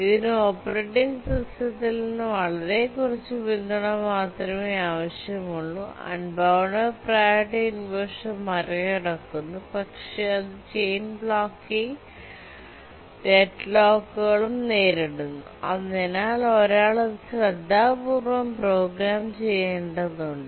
ഇതിന് ഓപ്പറേറ്റിംഗ് സിസ്റ്റത്തിൽ നിന്ന് വളരെ കുറച്ച് പിന്തുണ മാത്രമേ ആവശ്യമുള്ളൂ അൺ ബൌന്ദേദ് പ്രിയോറിറ്റി ഇൻവെർഷൻ മറികടക്കുന്നു പക്ഷേ അത് ചെയിൻ ബ്ലോക്കിംഗും ഡെഡ്ലോക്കുകളും നേരിടുന്നു അതിനാൽ ഒരാൾ അത് ശ്രദ്ധാപൂർവ്വം പ്രോഗ്രാം ചെയ്യേണ്ടതുണ്ട്